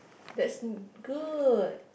that's good